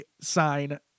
sign